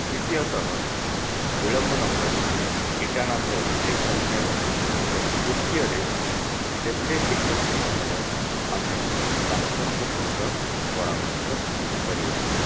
ଦ୍ଵିତୀୟତଃ ବିଳମ୍ବ ନକରି tetanus injection ନେବା ଏବଂ ତୃତୀୟରେ ଯେତେ ଶୀଘ୍ର ସମ୍ଭବ ଆମେ ଡାକ୍ତରଙ୍କ ସହିତ ପରାମର୍ଶ କରିବା